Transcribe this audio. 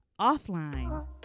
Offline